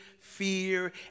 fear